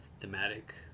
thematic